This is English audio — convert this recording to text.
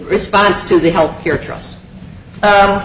response to the health care trust